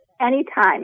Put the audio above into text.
anytime